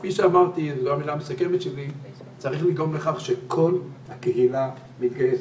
כפי שאמרתי, צריך לגרום לכך שכל הקהילה מתגייסת.